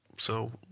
so,